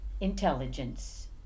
intelligence